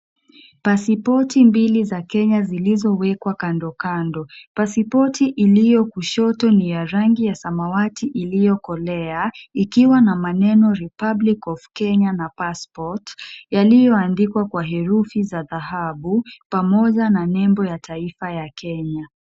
Pasipoti mbili za Kenya zilizowekwa kando kando. Pasipoti iliyo kushoto ni ya rangi ya samawati iliyokolea, ikiwa na maneno Republic of Kenya na Passport, yaliyoandikwa kwa herufi za dhahabu pamoja na nembo ya taifa ya Kenya.